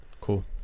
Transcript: Cool